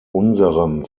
unserem